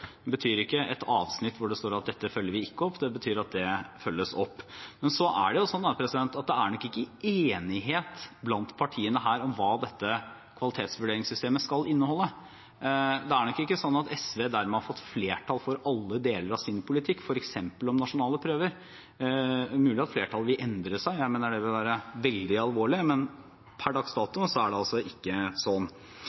betyr ikke et avsnitt hvor det står at dette følger vi ikke opp. Det betyr at det følges opp. Men det er nok ikke enighet blant partiene her om hva dette kvalitetsvurderingssystemet skal inneholde. Det er ikke sånn at SV dermed har fått flertall for alle deler av sin politikk, f.eks. om nasjonale prøver. Det er mulig at flertallet vil endre seg. Jeg mener det vil være veldig alvorlig. Men per dags